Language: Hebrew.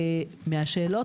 מהשאלות,